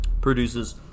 produces